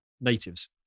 natives